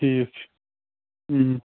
ٹھیٖک چھُ